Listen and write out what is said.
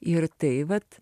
ir tai vat